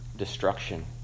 destruction